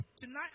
tonight